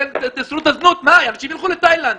תאסרו את הזנות אנשים ילכו לתאילנד.